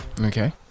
okay